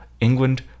England